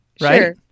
Right